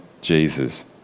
Jesus